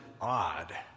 odd